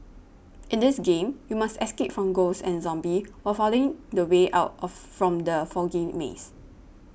in this game you must escape from ghosts and zombies while finding the way out of from the foggy maze